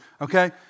okay